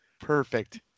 Perfect